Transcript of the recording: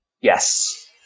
Yes